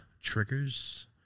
Triggers